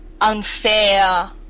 unfair